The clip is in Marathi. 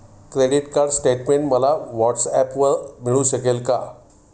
क्रेडिट कार्ड स्टेटमेंट मला व्हॉट्सऍपवर मिळू शकेल का?